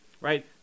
right